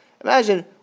Imagine